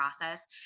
process